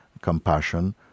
Compassion